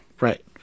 Right